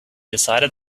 decided